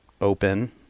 Open